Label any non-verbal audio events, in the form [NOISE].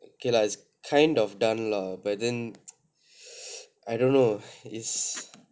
okay lah it's kind of done lah but then [BREATH] I don't know it's